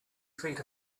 feet